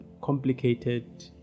complicated